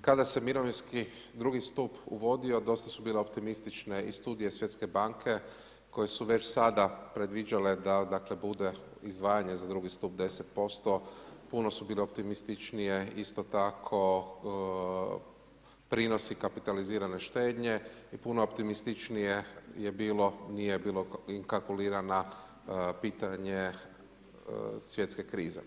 kada se mirovinski, drugi stup uvodio, dosta su bile optimistične i studija svjetske banke, koje su već sada predviđale, da dakle, bude izdvajanje za drugi stup 10% puno su bile optimističnije isto tako, prinosi kapitalizirane štednje i puno optimističnije je bilo nije bilo ukalkulirano pitanje svjetske krize.